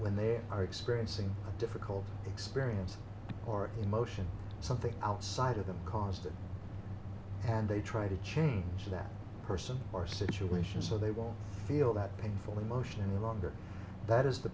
when there are experiencing difficult experience or emotion something outside of them caused it and they try to change that person or situation so they will feel that painful emotion the longer that is the